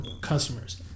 customers